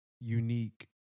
unique